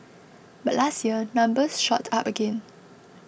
but last year numbers shot up again